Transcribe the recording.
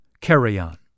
carry-on